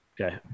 Okay